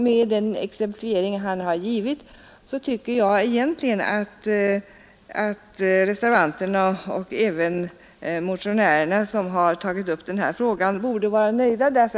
Med den exemplifiering han har gjort tycker jag egentligen att reservanterna och även motionärerna som har tagit upp den här frågan borde vara nöjda. Bl.